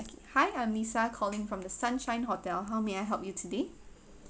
okay hi I'm lisa calling from the sunshine hotel how may I help you today